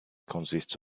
consists